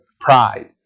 pride